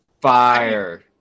Fire